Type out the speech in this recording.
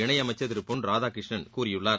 இணையமைச்சர் திரு பொன் ராதாகிருஷ்ணன் தெரிவித்துள்ளார்